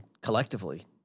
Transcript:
collectively